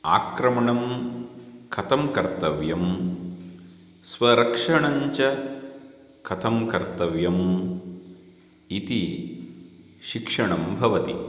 आक्रमणं कथं कर्तव्यं स्वरक्षणञ्च कथं कर्तव्यम् इति शिक्षणं भवति